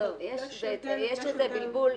יש איזה בלבול.